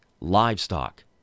livestock